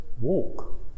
walk